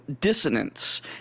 dissonance